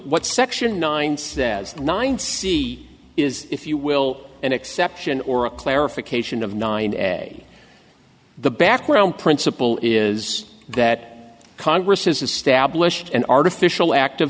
what section nine says nine see is if you will an exception or a clarification of nine the background principle is that congress has established an artificial act